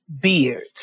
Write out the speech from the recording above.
Beards